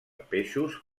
peixos